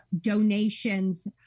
donations